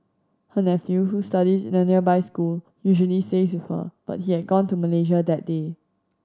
her nephew who studies in a nearby school usually stays with her but he had gone to Malaysia that day